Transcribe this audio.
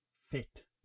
fit